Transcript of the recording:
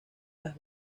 las